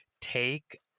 take